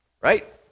right